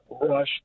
rush